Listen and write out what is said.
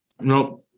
Nope